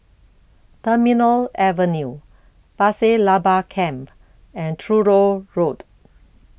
Terminal Avenue Pasir Laba Camp and Truro Road